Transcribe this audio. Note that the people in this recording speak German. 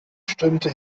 stürmte